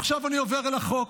ועכשיו אני עובר לחוק.